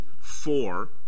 four